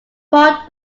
port